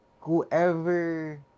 whoever